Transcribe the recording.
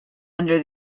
under